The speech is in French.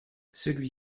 celui